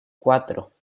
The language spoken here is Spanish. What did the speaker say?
cuatro